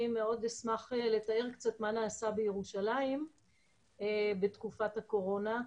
אני מאוד אשמח לתאר קצת מה נעשה בירושלים בתקופת הקורונה.